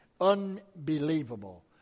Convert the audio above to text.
unbelievable